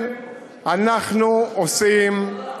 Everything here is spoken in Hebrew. צריך להשקיע בהסברה.